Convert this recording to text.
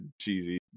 cheesy